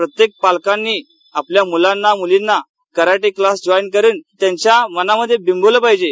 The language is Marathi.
प्रत्येक पालकांनी आपल्या मुलांना मुलींना कराटे क्लास जॉईन करण्याच त्याच्या मनामध्ये बिंबवलं पाहिजे